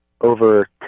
over